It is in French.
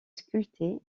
sculpté